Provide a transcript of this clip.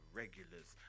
regulars